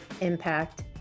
impact